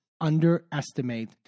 underestimate